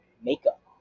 makeup